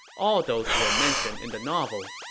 all those were mentioned in the novel.